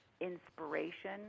inspiration